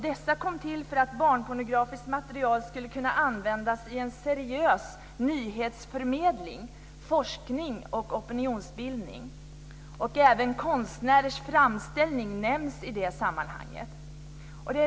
Dessa kom till för att barnpornografiskt material skulle kunna användas i seriös nyhetsförmedling, forskning och opinionsbildning. Även konstnärers framställning nämns i det sammanhanget.